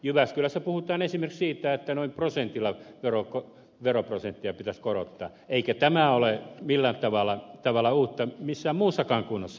jyväskylässä puhutaan esimerkiksi siitä että noin prosenttiyksiköllä veroprosenttia pitäisi korottaa eikä tämä ole millään tavalla uutta missään muussakaan kunnassa